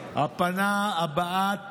מהם?